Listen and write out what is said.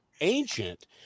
ancient